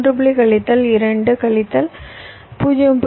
2 கழித்தல் 2 கழித்தல் 0